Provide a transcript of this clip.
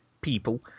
people